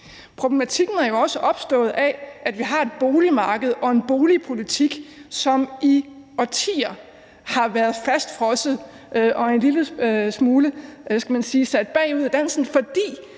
Problematikken er jo også opstået, fordi vi har et boligmarked og en boligpolitik, som i årtier har været fastfrosset og er en lille smule – hvad